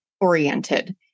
oriented